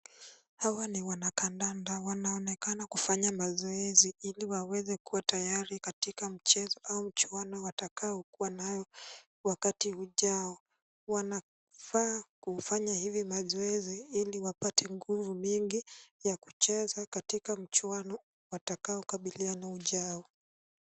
Hawa ni wanakandanda, wanaonekana kufanya mazoezi ili waweze kuwa tayari katika mchezo au mchuano watakaokuwa nayo wakati ujao. Wanafaa kufanya hivi mazoezi ili wapate nguvu mingi ya kucheza katika mchuano watakaokabiliana ujao.